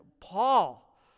Paul